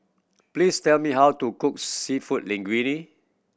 please tell me how to cook Seafood Linguine